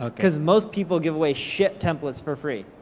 ah cause most people give away shit templates for free.